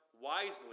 wisely